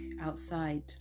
outside